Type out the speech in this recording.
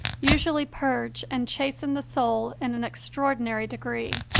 usually purge and chasten the soul in an extraordinary degree.